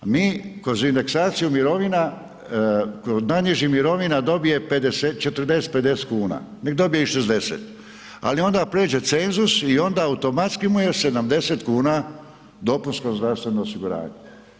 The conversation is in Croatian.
A mi kroz indeksaciju mirovina, najnižih mirovina dobije 40, 50 kuna, nek dobije i 60 ali onda pređe cenzus i onda automatski mu je 70 kuna dopunsko zdravstveno osiguranje.